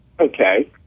Okay